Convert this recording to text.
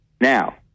Now